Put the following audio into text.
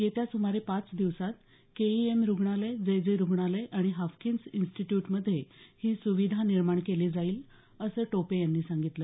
येत्या सुमारे पाच दिवसात केईएम रुग्णालय जेजे रुग्णालय आणि हाफकिन्स इन्स्टिट्यूटमध्ये ही सुविधा निर्माण केली जाईल असं टोपे यांनी सांगितलं